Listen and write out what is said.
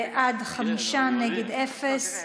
בעד, חמישה, נגד, אפס.